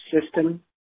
system